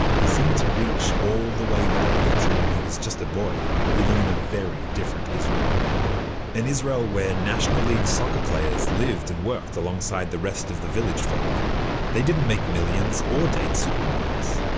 he seemed to reach all the way back to when he was just a boy, living in a very different israel an israel where national-league soccer players lived and worked alongside the rest of the village folk they didn't make millions or date supermodels.